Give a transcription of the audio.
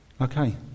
Okay